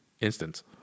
instance